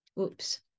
Oops